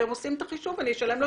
והם עושים את החישוב: "אני אשלם לו